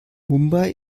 mumbai